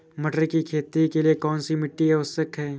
मटर की खेती के लिए कौन सी मिट्टी आवश्यक है?